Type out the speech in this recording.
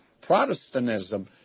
Protestantism